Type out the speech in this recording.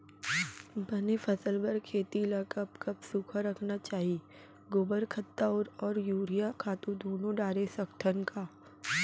बने फसल बर खेती ल कब कब सूखा रखना चाही, गोबर खत्ता और यूरिया खातू दूनो डारे सकथन का?